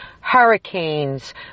hurricanes